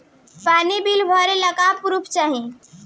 पानी बिल भरे ला का पुर्फ चाई?